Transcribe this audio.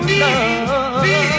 love